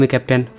Captain